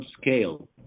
scale